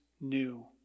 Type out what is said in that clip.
new